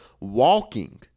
walking